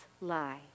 lie